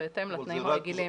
זה בהתאם לתנאים הרגילים.